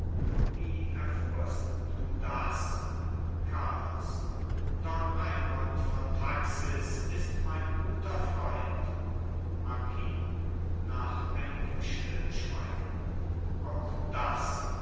wie erfuhrst du das carlos don raimond von taxis ist mein guter freund marquis nach einigem stillschweigen auch das